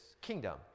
kingdom